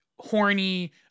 horny